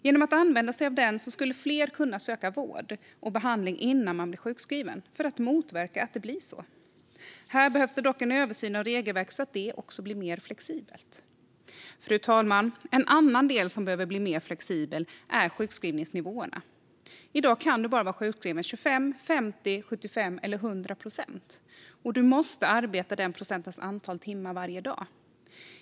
Genom att använda sig av den skulle fler kunna söka vård och behandling innan man blir sjukskriven för att motverka att det blir så. Här behövs det dock en översyn av regelverket så att det blir mer flexibelt. Fru talman! En annan del som behöver bli mer flexibel är sjukskrivningsnivåerna. I dag kan du bara vara sjukskriven till 25, 50, 75 eller 100 procent, och du måste arbeta motsvarande antal timmar varje dag.